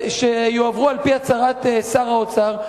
שיועברו, על-פי הצהרת שר האוצר.